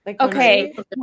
Okay